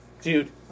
Dude